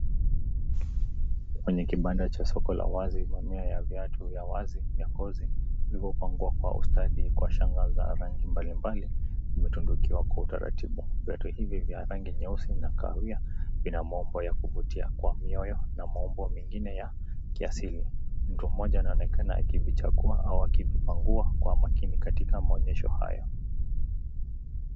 Kwenye kibanda cha soko la wazi, mamia ya viatu vya wazi vya ngozi vilivyopangwa kwa ustadi kuwashangaza rangi mbalimbali vimetundukiwa kwa utaratibu. Viatu hivi vya rangi nyeusi na kahawia vina maumbo ya kuvutia kwa mioyo na maumbo mengine ya kiasili. Mtu mmoja anaonekana akivichagua au akivipangua kwa makini katika maonyesho hayo.